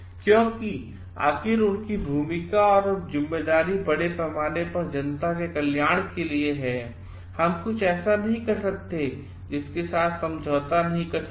क्योंकि आखिरकार उनकी भूमिका और जिम्मेदारी बड़े पैमाने पर जनता के कल्याण के लिए है और हम कुछ ऐसा नहीं कर सकते जिसके साथ आप समझौता नहीं कर सकते